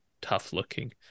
tough-looking